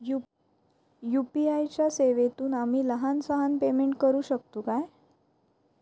UPI च्या सेवेतून आम्ही लहान सहान पेमेंट करू शकतू काय?